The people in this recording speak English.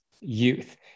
youth